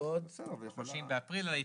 לתוקף באוקטובר 2016 ונקבע בו הוראה שכל עוד לא